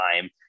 time